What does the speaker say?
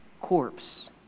corpse